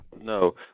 No